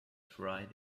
tried